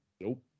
Nope